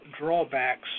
drawbacks